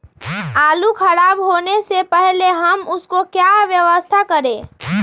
आलू खराब होने से पहले हम उसको क्या व्यवस्था करें?